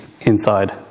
inside